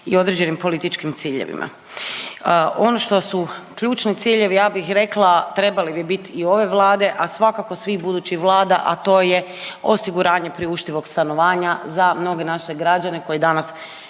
i određenim političkim ciljevima. Ono što su ključni ciljevi, ja bih rekla, trebali bi biti i ove Vlade, a svakako svih budućih vlada, a to je osiguranje priuštivog stanovanja za mnoge naše građane koji danas